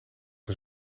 een